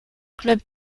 club